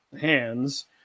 hands